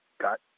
got